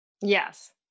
Yes